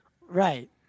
right